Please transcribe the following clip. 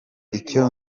icyo